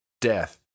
Death